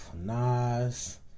Nas